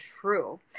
true